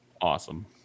awesome